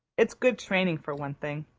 it's good training, for one thing.